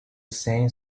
same